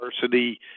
diversity